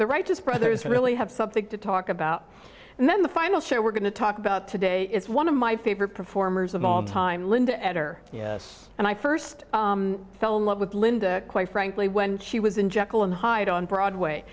the righteous brothers really have something to talk about and then the final show we're going to talk about today is one of my favorite performers of all time linda eder and i first fell in love with linda quite frankly when she was in jacqueline hyde on broadway